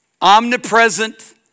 omnipresent